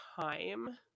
time